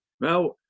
Now